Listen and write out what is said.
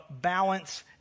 balance